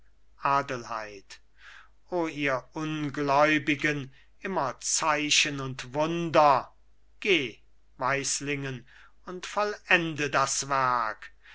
adelheid o ihr ungläubigen immer zeichen und wunder geh weislingen und vollende das werk